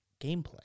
gameplay